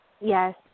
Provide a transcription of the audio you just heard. yes